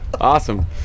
Awesome